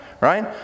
right